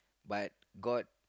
but god